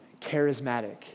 charismatic